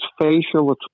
facial